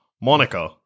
Monica